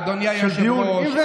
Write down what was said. אדוני היושב-ראש,